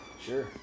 Sure